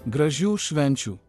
gražių švenčių